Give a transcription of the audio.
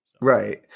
Right